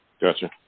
Gotcha